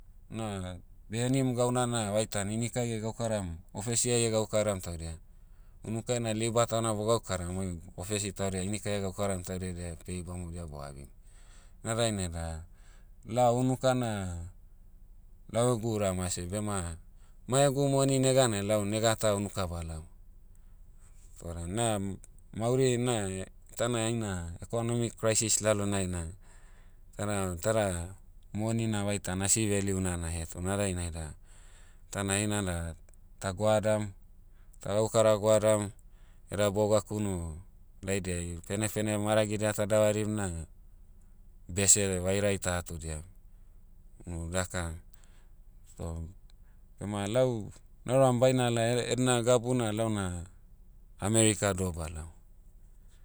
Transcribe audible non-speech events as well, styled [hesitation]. Na beh henim gauna na vaitan inikai [hesitation] gaukaram, ofesi'ai [hesitation] gaukaram taudia. Unukai na labour tana bo'gaukaram oi ofesi taudia inikai [hesitation] gaukaram taudia edia pei bamodia bo'abim. Na dainai da, lao unuka na, lau egu uramase bema, mai egu moni neganai lau nega ta unuka ba'laom. Oda na mauri na itana heina economic crisis lalonai na, itada- itada moni na vaitan asi veliu'na na heto na dainai da, tana heina da, ta goadam, ta gaukara goadam, eda boga kunu daidiai penepene maragidia ta'davarim na, bese vairai ta hatodiam. Nu daka, o, bema lau nauram baina la eh- edena gabu na lau na, america doh balaom.